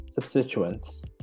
substituents